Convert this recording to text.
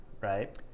right